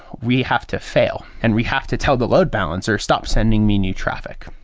we have to fail, and we have to tell the load balancer stop sending me new traffic.